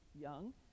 young